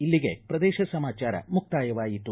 ಇಲ್ಲಿಗೆ ಪ್ರದೇಶ ಸಮಾಚಾರ ಮುಕ್ತಾಯವಾಯಿತು